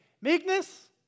meekness